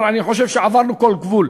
אני חושב שכבר עברנו כל גבול.